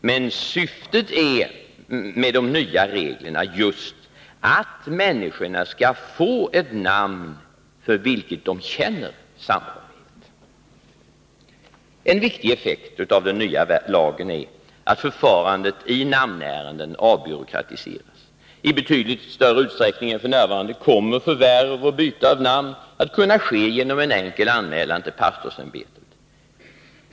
Men syftet med de nya reglerna är just att människorna skall få ett namn med vilket de känner samhörighet. En viktig effekt av den nya lagen är att förfarandet i namnärenden avbyråkratiseras. I betydligt större utsträckning än f. n. kommer förvärv och byte av namn att kunna ske genom en enkel anmälan till pastorsämbetet.